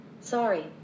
Sorry